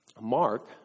Mark